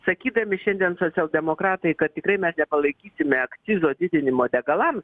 sakydami šiandien socialdemokratai kad tikrai mes nepalaikysime akcizo didinimo degalam